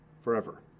forever